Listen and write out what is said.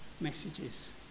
messages